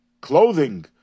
clothing